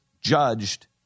judged